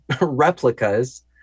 replicas